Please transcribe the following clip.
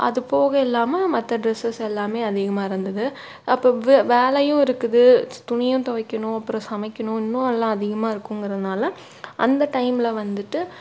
அது போக இல்லாமல் மற்ற டிரெஸ்செஸ் எல்லாமே அதிகமாக தான் இருந்தது அப்போ வே வேலையும் இருக்குது துணியும் துவைக்கணும் அப்புறம் சமைக்கணும் இன்னும் எல்லாம் அதிகமாக இருக்குங்கிறதுனால அந்த டைமில் வந்துட்டு